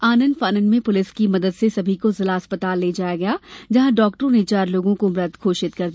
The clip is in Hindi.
आनन फानन में पुलिस की मदद से समी को जिला अस्पताल ले जाया गया जहां डॉक्टरों ने चार लोगों को मृत घोषित कर दिया